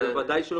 בוודאי שלא,